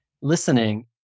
listening